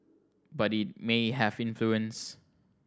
but it may have influence